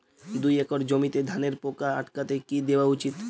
দুই একর জমিতে ধানের পোকা আটকাতে কি দেওয়া উচিৎ?